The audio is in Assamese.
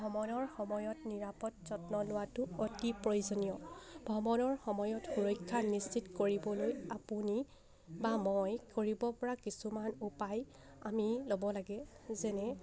ভ্ৰমণৰ সময়ত নিৰাপদ যত্ন লোৱাটো অতি প্ৰয়োজনীয় ভ্ৰমণৰ সময়ত সুৰক্ষা নিশ্চিত কৰিবলৈ আপুনি বা মই কৰিব পৰা কিছুমান উপায় আমি ল'ব লাগে যেনে